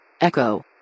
Echo